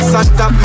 Santa